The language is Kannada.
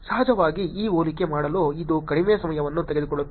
ಸಹಜವಾಗಿ ಈ ಹೋಲಿಕೆ ಮಾಡಲು ಇದು ಕಡಿಮೆ ಸಮಯವನ್ನು ತೆಗೆದುಕೊಳ್ಳುತ್ತಿದೆ